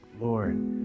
Lord